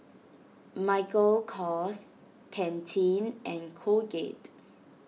Michael Kors Pantene and Colgate